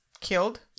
Killed